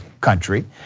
country